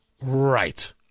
Right